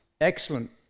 excellent